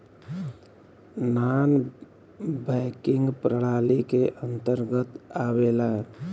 नानॅ banking प्रणाली के अंतर्गत आवेला